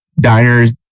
diners